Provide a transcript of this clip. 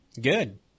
good